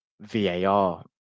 VAR